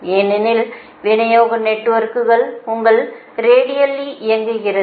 ஏனெனில் விநியோக நெட்வொர்க்குகள் உங்கள் ரேடியலாக இயங்குகிறது